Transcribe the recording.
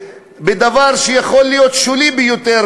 בדבר שיכול להיות שולי ביותר,